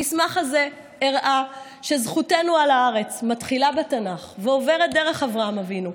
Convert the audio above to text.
המסמך הזה הראה שזכותנו על הארץ מתחילה בתנ"ך ועוברת דרך אברהם אבינו,